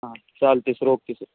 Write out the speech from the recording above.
हां चालत आहे सर ओके सर